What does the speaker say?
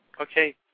Okay